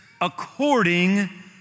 according